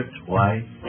twice